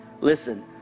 Listen